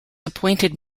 appointed